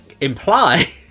imply